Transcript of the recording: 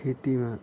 खेतीमा